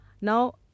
Now